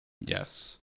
Yes